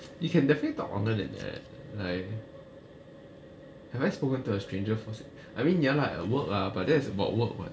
you can definitely talk longer than that like have I spoken to a stranger for six I mean ya lah at work lah but that's about work [what]